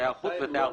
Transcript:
כתייר חוץ וכתייר פנים.